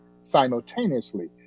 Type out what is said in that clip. simultaneously